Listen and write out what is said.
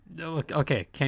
Okay